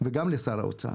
וגם לשר האוצר,